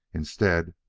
instead,